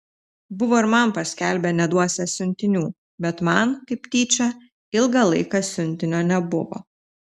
buvo ir man paskelbę neduosią siuntinių bet man kaip tyčia ilgą laiką siuntinio nebuvo